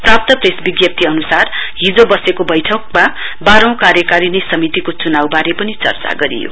प्राप्त प्रेस विज्ञप्ती अनुसार हिजो बसेको बैठकमा बाहौं कार्यकारिणी समितिको चुनाउबारे पनि चर्चा गरियो